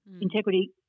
integrity